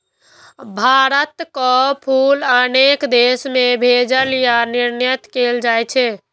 भारतक फूल अनेक देश मे भेजल या निर्यात कैल जाइ छै